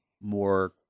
more